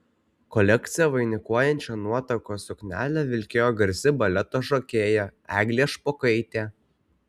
kolekciją vainikuojančią nuotakos suknelę vilkėjo garsi baleto šokėja eglė špokaitė